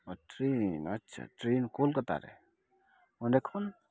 train ᱟᱪᱪᱷᱟ train Kolkata ᱨᱮ ᱚᱸᱰᱮ ᱠᱷᱚᱱ